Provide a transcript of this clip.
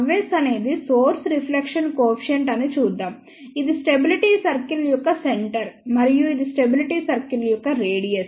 Γs అనేది source reflection coefficient అని చూద్దాం ఇది స్టెబిలిటీ సర్కిల్ యొక్క సెంటర్ మరియు ఇది స్టెబిలిటీ సర్కిల్ యొక్క రేడియస్